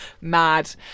Mad